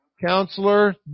Counselor